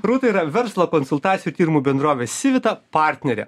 rūta yra verslo konsultacijų tyrimų bendrovės sivita partnerė